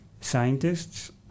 Scientists